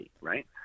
right